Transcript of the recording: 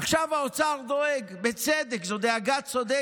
עכשיו האוצר דואג, בצדק, זו דאגה צודקת,